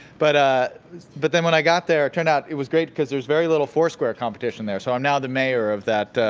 but ah but then when i got there, it turned out it was great because there's very little foursquare competition there, so i'm now the mayor of